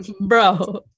bro